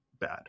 bad